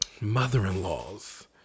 Mother-in-laws